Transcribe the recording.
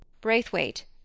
Braithwaite